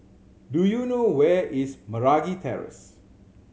do you know where is Meragi Terrace